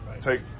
take